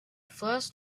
first